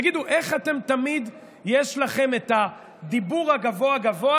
תגידו, איך אתם תמיד יש לכם את הדיבור הגבוה-גבוה